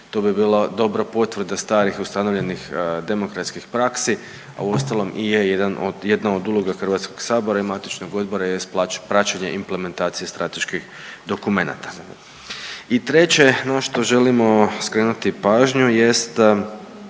To bi bila dobra potvrda starih ustanovljenih demokratskih praksi, a uostalom i je jedna od uloga Hrvatskoga sabora i matičnog odbora jest praćenje implementacije strateških dokumenata. I treće na što želimo skrenuti pažnju,